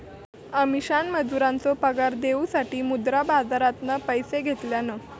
अमीषान मजुरांचो पगार देऊसाठी मुद्रा बाजारातना पैशे घेतल्यान